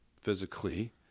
physically